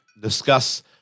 discuss